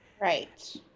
Right